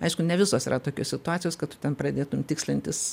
aišku ne visos yra tokios situacijos kad tu ten pradėtum tikslintis